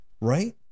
Right